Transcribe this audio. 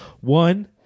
One